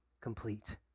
complete